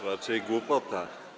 Raczej głupota.